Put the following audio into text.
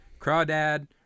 crawdad